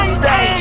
stay